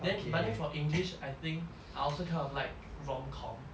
then but then for english I think I also kind of like rom com